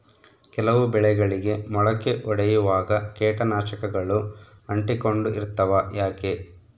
ಕೆಲವು ಬೆಳೆಗಳಿಗೆ ಮೊಳಕೆ ಒಡಿಯುವಾಗ ಕೇಟನಾಶಕಗಳು ಅಂಟಿಕೊಂಡು ಇರ್ತವ ಯಾಕೆ?